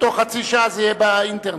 ובתוך חצי שעה זה יהיה באינטרנט.